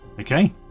Okay